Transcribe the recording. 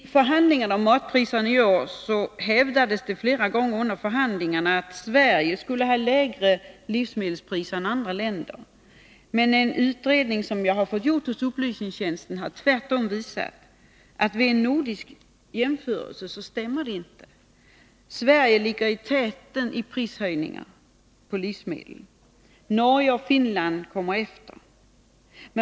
I förhandlingarna om matpriserna i år hävdades det flera gånger att Sverige skulle ha lägre livsmedelspriser än andra länder. Men en utredning som jag har fått utförd hos upplysningstjänsten har tvärtom visat att vid en nordisk jämförelse stämmer inte detta. Sverige ligger i täten i fråga om prishöjningar på livsmedel. Norge och Finland kommer efter.